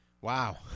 Wow